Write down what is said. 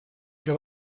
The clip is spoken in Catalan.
que